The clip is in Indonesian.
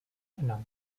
enam